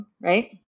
right